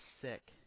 sick